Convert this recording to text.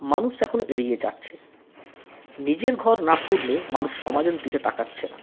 মানুষ এখন এড়িয়ে যাচ্ছে নিজের ঘর না পুড়লে মানুষ সমাজের দিকে তাকাচ্ছে না